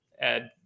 add